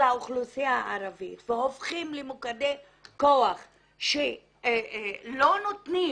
האוכלוסייה הערבית והופכים למוקדי כוח שלא נותנים